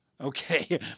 Okay